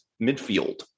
midfield